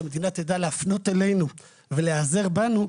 שהמדינה תדע להפנות אלינו ולהיעזר בנו,